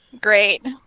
Great